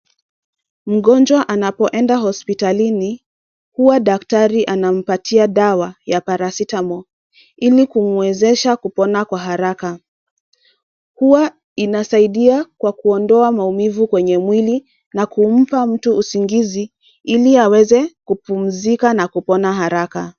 Mgonjwa anapoenda hospitalini, huwa daktari anampatia dawa ya Paracetamol ili kumwezesha kupona kwa haraka. Huwa inasaidia kwa kuondoa maumivu kwenye mwili na kumpa mtu usingizi ili aweze kupumzika na kupona haraka.